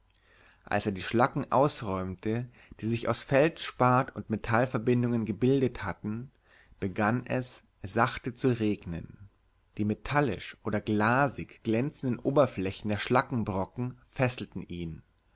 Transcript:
als er die schlacken ausräumte die sich aus feldspat und metallverbindungen gebildet hatten begann es sachte zu regnen die metallisch oder glasig glänzenden oberflächen der schlackenbrocken fesselten ihn